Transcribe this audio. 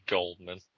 Goldman